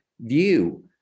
view